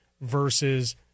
versus